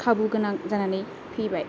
खाबु गोनां जानानै फैबाय